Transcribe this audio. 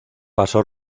pasó